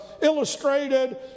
illustrated